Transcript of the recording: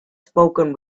spoken